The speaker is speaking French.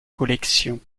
collections